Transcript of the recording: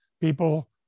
people